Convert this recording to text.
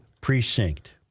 Precinct